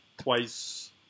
twice